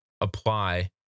apply